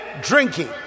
drinking